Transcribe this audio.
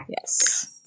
Yes